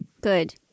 Good